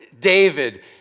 David